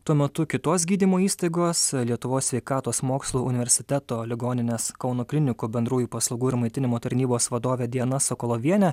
tuo metu kitos gydymo įstaigos lietuvos sveikatos mokslų universiteto ligoninės kauno klinikų bendrųjų paslaugų ir maitinimo tarnybos vadovė diana sokolovienė